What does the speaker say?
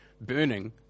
burning